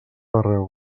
arreu